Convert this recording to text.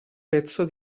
pezzo